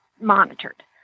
monitored